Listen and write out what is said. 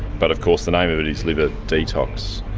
but of course the name of it is liver detox,